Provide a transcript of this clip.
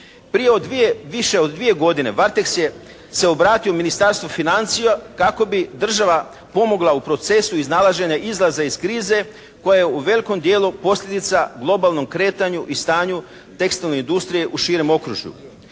više od dvije godine "Varteks" se obratio Ministarstvu financija kako bi država pomogla u procesu iznalaženja izlaza iz krize koja je u velikom dijelu posljedica globalnom kretanju i stanju tekstilne industrije u širem okružju.